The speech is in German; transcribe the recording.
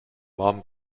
warmen